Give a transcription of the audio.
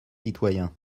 citoyen